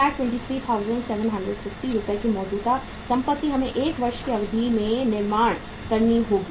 723750 रुपये की मौजूदा संपत्ति हमें 1 वर्ष की अवधि में निर्माण करनी होगी